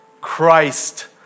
Christ